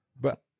But-